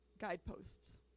guideposts